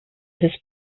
his